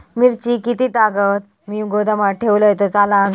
मिरची कीततागत मी गोदामात ठेवलंय तर चालात?